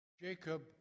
Jacob